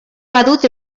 badut